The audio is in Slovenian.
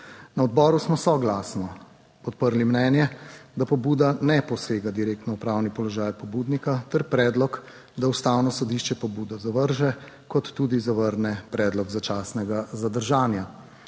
Na odboru smo soglasno podprli mnenje. Da pobuda ne posega direktno v pravni položaj pobudnika ter predlog, da Ustavno sodišče pobudo zavrže. Kot tudi zavrne predlog začasnega zadržanja.